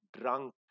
drunk